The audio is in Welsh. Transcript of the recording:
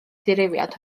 dirywiad